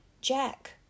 Jack